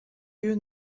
you